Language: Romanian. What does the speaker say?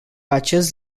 acest